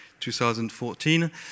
2014